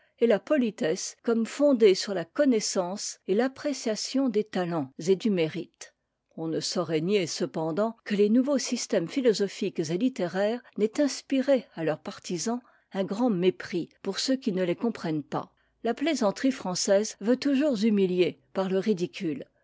et la politesse comme fondée sur la connaissance et l'appréciation des talents et du mérite on ne saurait nier cependant que les nouveaux systèmes philosophiques et littéraires n'aient inspiré à leurs partisans un grand mépris pour ceux qui ne les comprennent pas la plaisanterie française veut toujours humitier par le ridicule